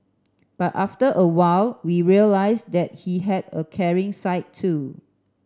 but after a while we realised that he had a caring side too